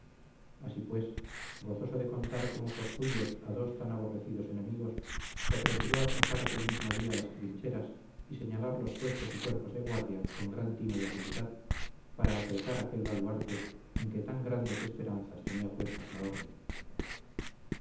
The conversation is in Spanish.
así pues gozoso de contar como por suyos a dos tan aborrecidos enemigos se apresuró a trazar aquel mismo día las trincheras y señalar los puestos y cuerpos de guardia con gran tino y habilidad para apretar aquel baluarte en que tan grandes esperanzas tenía puestas la orden